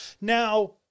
Now